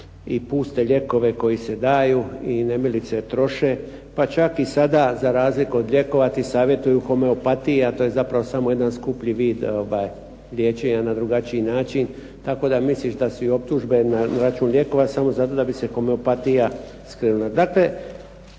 i puste lijekove koji se daju i nemilice troše. Pa čak i sada za razliku od lijekova ti savjetuju …/Govornik se ne razumije./…, a to je zapravo samo jedan skuplji vid liječenja na drugačiji način, tako da misliš da su i optužbe na račun lijekova samo zato da bi se komeopatija …/Govornik